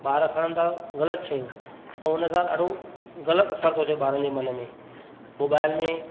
ॿार खणनि था ग़लति शयूं ऐं उन सां ॾाढो ग़लति असर थो अचे ॿारनि में मोबाइल में